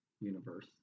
universe